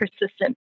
persistent